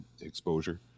Exposure